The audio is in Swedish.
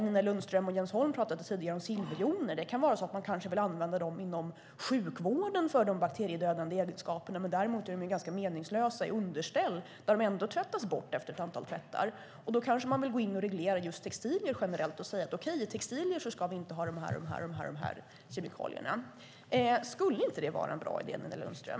Nina Lundström och Jens Holm talade tidigare om silverjoner. Man kanske vill använda dem inom sjukvården för de bakteriedödande egenskaperna, medan de är ganska meningslösa i underställ där de tvättats bort efter ett antal tvättar. Därför kanske man vill gå in och reglera just textilier och säga att just där ska vi inte ha vissa kemikalier. Skulle inte det vara en bra idé, Nina Lundström?